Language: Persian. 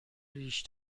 ریش